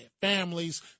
families